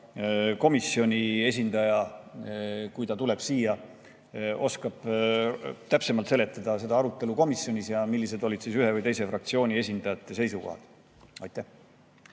Võib-olla komisjoni esindaja, kui ta tuleb siia, oskab täpsemalt seletada arutelu komisjonis ja seda, millised olid ühe või teise fraktsiooni esindajate seisukohad. Aitäh!